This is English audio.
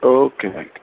okay thank you